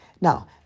Now